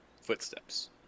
footsteps